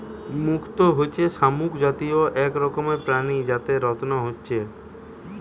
মুক্ত হচ্ছে শামুক জাতীয় এক রকমের প্রাণী যাতে রত্ন হচ্ছে